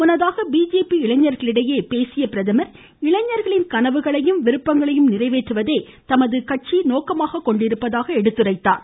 முன்னதாக இன்று பிஜேபி இளைஞர்களிடையே பேசிய பிரதமர் இளைஞர்களின் கனவுகளையும் விருப்பங்களையும் நிறைவேற்றுவதே தமது கட்சி நோக்கமாக கொண்டிருப்பதாக எடுத்துரைத்தார்